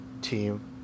team